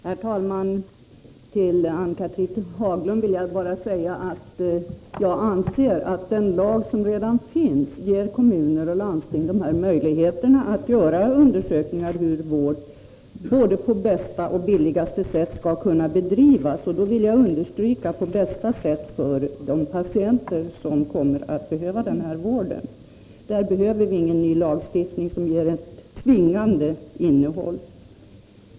Herr talman! Till Ann-Cathrine Haglund vill jag bara säga att jag anser att den lag som redan finns ger kommuner och landsting de här möjligheterna att göra undersökningar om hur vård skall kunna bedrivas på bästa och billigaste sätt. Jag vill understryka: på bästa sätt för de patienter som kommer att behöva denna vård. Vi behöver därför inte någon ny lagstiftning med ett tvingande innehåll.